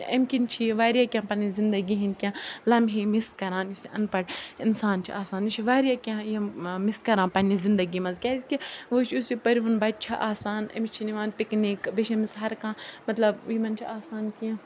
امہِ کِنۍ چھِ یہِ واریاہ کینٛہہ پَنٕنۍ زندگی ہِنٛدۍ کینٛہہ لمحے مِس کَران یُس یہِ اَن پَڑھ اِنسان چھِ آسان یہِ چھُ واریاہ کینٛہہ یِم مِس کَران پںٛںہِ زندگی منٛز کیٛازِکہِ وٕچھ یُس یہِ پٔرۍوُن بَچہِ چھِ آسان أمِس چھِ نِوان پِکنِک بیٚیہِ چھِ أمِس ہرکانٛہہ مطلب یِمَن چھِ آسان کینٛہہ